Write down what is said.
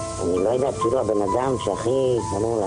את האומץ,